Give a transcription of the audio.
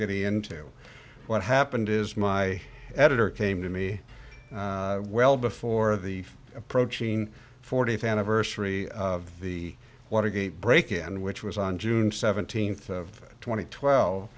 getting into what happened is my editor came to me well before the approaching forty eighth anniversary of the watergate break in which was on june seventeenth of tw